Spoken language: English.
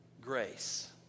Grace